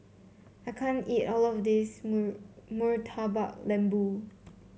I can't eat all of this Murtabak Lembu